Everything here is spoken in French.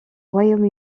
royaume